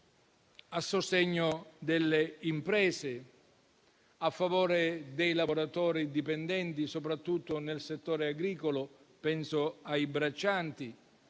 a sostegno delle imprese, a favore dei lavoratori dipendenti soprattutto nel settore agricolo - penso ai braccianti